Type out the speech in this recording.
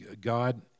God